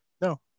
No